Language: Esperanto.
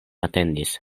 atendis